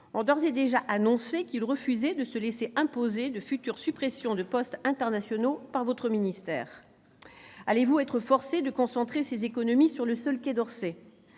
ont d'ores et déjà annoncé qu'ils refusaient de se laisser imposer de futures suppressions de postes internationaux par votre ministère. Allez-vous être forcé de concentrer ces économies sur le seul Quai d'Orsay ?